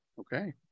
Okay